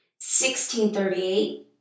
1638